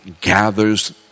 gathers